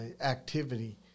activity